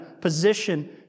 position